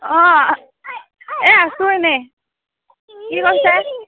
অঁ এই আছোঁ এনেই কি কৈছে